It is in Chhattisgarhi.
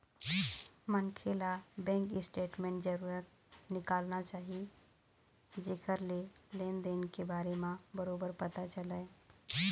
मनखे ल बेंक स्टेटमेंट जरूर निकालना चाही जेखर ले लेन देन के बारे म बरोबर पता चलय